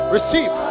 Receive